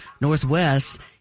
Northwest